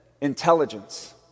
intelligence